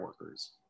workers